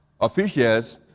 officials